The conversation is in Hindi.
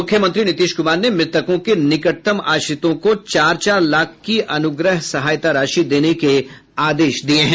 मुख्यमंत्री नीतीश कुमार ने मृतकों के निकटतम आश्रितों को चार चार लाख रूपये की अनुग्रह सहायता राशि देने के आदेश दिये हैं